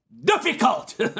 difficult